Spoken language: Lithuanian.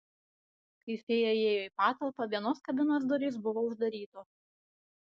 kai fėja įėjo į patalpą vienos kabinos durys buvo uždarytos